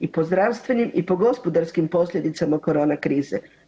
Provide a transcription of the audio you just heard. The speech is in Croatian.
I po zdravstvenim i po gospodarskim posljedicama corona krize.